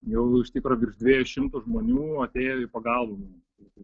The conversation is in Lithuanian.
jau iš tikro virš dviejų šimtų žmonių atėjo į pagalbą